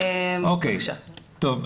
אנחנו,